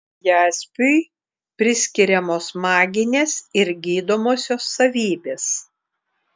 jaspiui priskiriamos maginės ir gydomosios savybės